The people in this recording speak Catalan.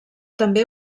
també